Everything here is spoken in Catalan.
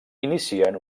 inicien